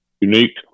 unique